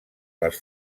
les